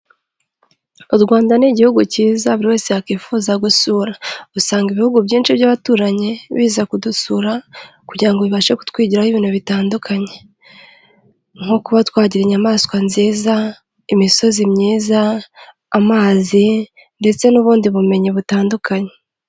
U Rwanda ni igihugu cyiza buri wese yakwifuza gusura. Usanga ibihugu byinshi by'abaturanyi biza kudusura kugira ngo bibashe kutwigiraho ibintu bitandukanye. Nko kuba twagira inyamaswa nziza, imisozi myiza, amazi ndetse n'ubundi bumenyi butandukanye.